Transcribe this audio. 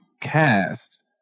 cast